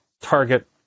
target